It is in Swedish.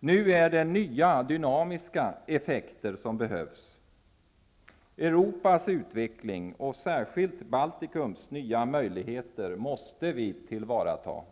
Nu behövs det nya dynamiska effekter. Europas utveckling och särskilt Baltikums nya möjligheter måste tillvaratas.